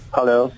Hello